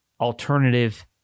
alternative